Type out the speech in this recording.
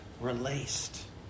Released